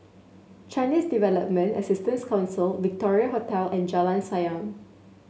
Chinese Development Assistance Council Victoria Hotel and Jalan Sayang